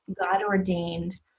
God-ordained